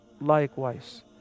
likewise